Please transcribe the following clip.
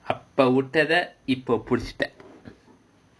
அப்போ விட்டத இப்போ புடிச்சிட்டேன்:appo vitatha ippo pudichittaen